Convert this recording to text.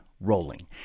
rolling